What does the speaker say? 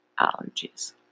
allergies